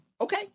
Okay